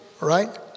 right